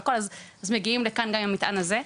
אז מגיעים לכאן גם עם המטען הזה.